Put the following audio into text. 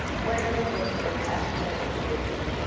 when you're doing this estimate of the gradient.